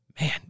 Man